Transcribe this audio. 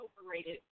Overrated